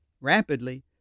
rapidly